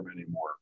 anymore